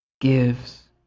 gives